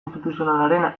instituzionalaren